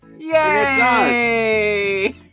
Yay